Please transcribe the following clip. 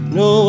no